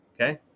okay